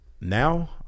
Now